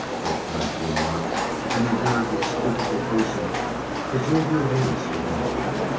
thought matthieu-marc, when he heard with stupefaction the jovial voice of molly.